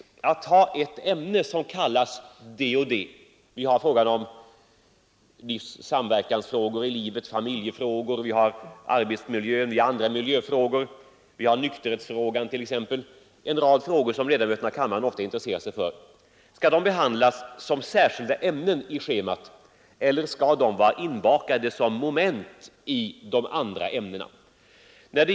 Detta gäller även i fråga om t.ex. samlevnadsfrågor, familjefrågor, arbetsmiljön, andra miljöfrågor och nykterhetsfrågan — en rad frågor som ledamöterna av kammaren ofta intresserar sig för. Skall dessa frågor behandlas som särskilda ämnen på schemat eller skall de vara inbakade som moment i de andra ämnena?